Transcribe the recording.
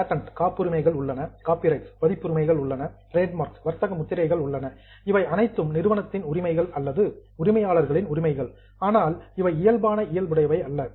patents காப்புரிமைகள் உள்ளன copyrights பதிப்புரிமைகள் உள்ளன டிரேட்மார்க்ஸ் வர்த்தக முத்திரைகள் உள்ளன இவை அனைத்தும் நிறுவனத்தின் உரிமைகள் அல்லது உரிமையாளர்களின் உரிமைகள் ஆனால் இவை இயல்பான இயல்புடையவை அல்ல